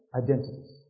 identities